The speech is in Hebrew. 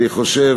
אני חושב